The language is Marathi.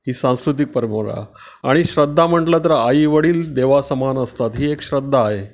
ही सांस्कृतिक परंपरा आणि श्रद्धा म्हटलं तर आईवडील देवासमान असतात ही एक श्रद्धा आहे